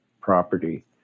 property